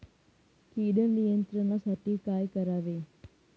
कीड नियंत्रणासाठी काय करावे?